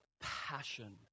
passion